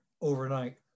overnight